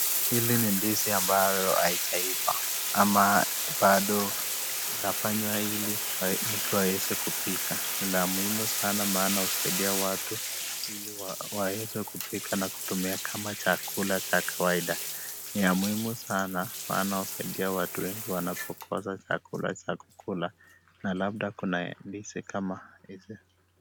Hili ni ndizi ambayo haijaiva ama bado inafanywa ili mtu aweze kupika. Ni la muhimu sana maana husaidia watu ili waweze kupika na kutumia kama chakula cha kawaida. Ni ya muhimu sana maana husaidia watu wengi wanapokosa chakula cha kukula na labda kuna ndizi kama hizi.